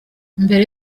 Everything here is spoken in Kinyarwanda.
mbere